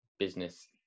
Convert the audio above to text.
business